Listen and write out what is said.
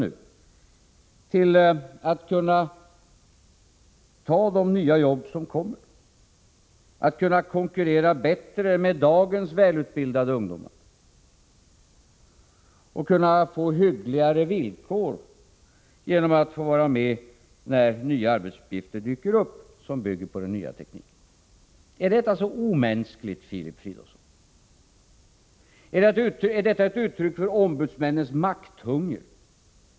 Det gäller chansen att kunna ta de nya jobb som kommer, att kunna konkurrera bättre med dagens välutbildade ungdomar och kunna få hyggligare villkor genom att få vara med när nya arbetsuppgifter dyker upp som bygger på den nya tekniken. Är det så omänskligt, Filip Fridolfsson? Är det ett uttryck för ombudsmännens makthunger?